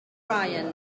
ryan